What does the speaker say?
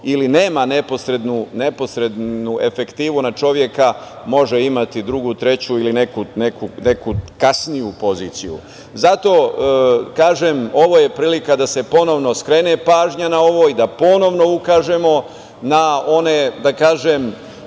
ili nema neposrednu efektivu na čoveka, može imati drugu, treću ili neku kasniju poziciju. Zato, kažem, ovo je prilika da se ponovo skrene pažnja na ovo i da ponovno ukažemo na one, da kažem,